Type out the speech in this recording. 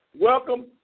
welcome